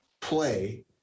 play